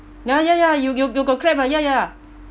ya ya ya you you you got grab ah ya ya ya